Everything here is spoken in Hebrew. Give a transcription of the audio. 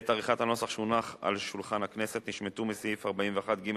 בעת עריכת הנוסח שהונח על שולחן הכנסת נשמטו מסעיף 41(ג)(1)